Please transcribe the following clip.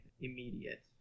immediate